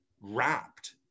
wrapped